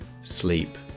sleep